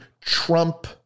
Trump